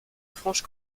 franche